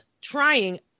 trying